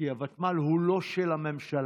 הוותמ"ל הוא לא של הממשלה,